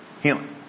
healing